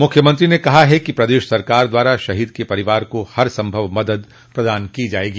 मुख्यमंत्री ने कहा है कि प्रदेश सरकार द्वारा शहीद के परिवार को हर संभव मदद प्रदान की जायेगी